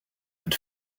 and